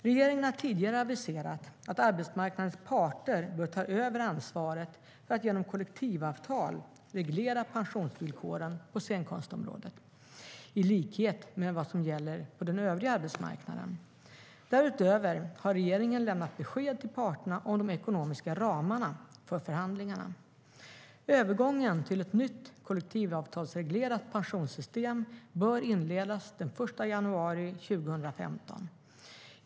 Regeringen har tidigare aviserat att arbetsmarknadens parter bör ta över ansvaret för att genom kollektivavtal reglera pensionsvillkoren på scenkonstområdet i likhet med vad som gäller på den övriga arbetsmarknaden. Därutöver har regeringen lämnat besked till parterna om de ekonomiska ramarna för förhandlingarna. Övergången till ett nytt kollektivavtalsreglerat pensionssystem bör inledas den 1 januari 2015.